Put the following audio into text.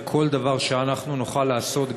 וכל דבר שאנחנו נוכל לעשות,